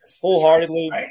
wholeheartedly